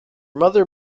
mother